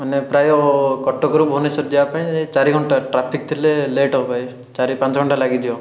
ମାନେ ପ୍ରାୟ କଟକରୁ ଭୁବନେଶ୍ୱର ଯିବାପାଇଁ ଏଇ ଚାରିଘଣ୍ଟା ଟ୍ରାଫିକ୍ ଥିଲେ ଲେଟ୍ ହେବ ଭାଇ ଚାରିପାଞ୍ଚ ଘଣ୍ଟା ଲାଗିଯିବ